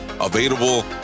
available